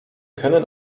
können